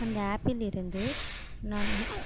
அந்த ஆப்பில் இருந்து நானும்